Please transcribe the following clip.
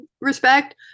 respect